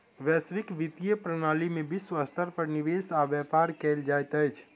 वैश्विक वित्तीय प्रणाली में विश्व स्तर पर निवेश आ व्यापार कयल जाइत अछि